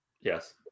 Yes